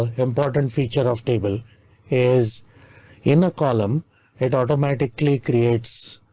ah important feature of table is in a column it automatically creates.